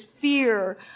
fear